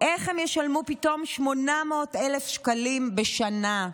ישלמו פתאום 800,000 שקלים בשנה?